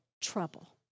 trouble